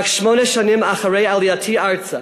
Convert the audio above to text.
רק שמונה שנים אחרי עלייתי ארצה,